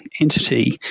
entity